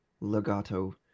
legato